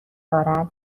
دارد، به